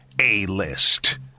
A-List